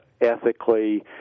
ethically